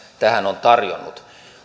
tähän on tarjonnut